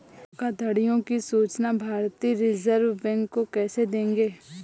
धोखाधड़ियों की सूचना भारतीय रिजर्व बैंक को कैसे देंगे?